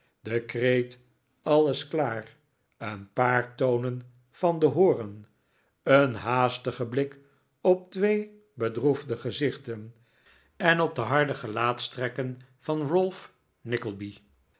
de kreet alles klaar een paar tonen van den hoorn een haastige blik op twee bedroefde gezichten en op de harde gelaatstrekken van ralph